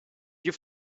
you